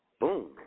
Boom